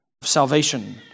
salvation